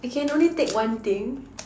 I I can only take one thing